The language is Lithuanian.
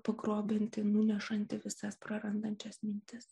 pagrobianti nunešanti visas prarandančias mintis